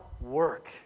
work